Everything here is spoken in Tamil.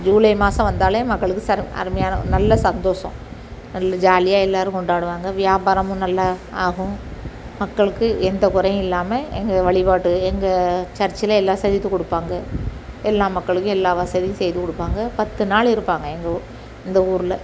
ஜூலை மாதம் வந்தாலே மக்களுக்கு செர அருமையான நல்ல சந்தோஷம் நல்ல ஜாலியாக எல்லாரும் கொண்டாடுவாங்க வியாபாரமும் நல்ல ஆகும் மக்களுக்கு எந்த குறையும் இல்லாமல் எங்கள் வழிப்பாட்டு எங்கள் சர்ச்சில் எல்லாம் செய்து கொடுப்பாங்க எல்லா மக்களுக்கும் எல்லா வசதியும் செய்து கொடுப்பாங்க பத்து நாள் இருப்பாங்க எங்கள் இந்த ஊரில்